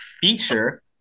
feature